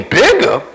bigger